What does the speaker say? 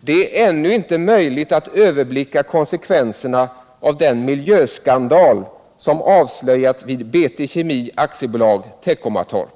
”Det är ännu inte möjligt att helt överblicka konsekvenserna av den miljöskandal som avslöjats vid BT Kemi AB, Teckomatorp.